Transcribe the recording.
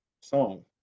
song